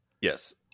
yes